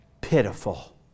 Pitiful